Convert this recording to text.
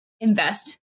invest